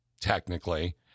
technically